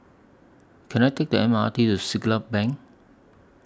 Can I Take The M R T to Siglap Bank